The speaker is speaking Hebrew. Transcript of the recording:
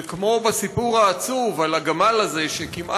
כמו בסיפור העצוב על הגמל הזה שכבר